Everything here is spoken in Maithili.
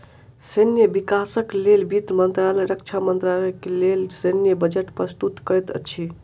सैन्य विकासक लेल वित्त मंत्रालय रक्षा मंत्रालय के लेल सैन्य बजट प्रस्तुत करैत अछि